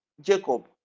Jacob